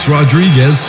Rodriguez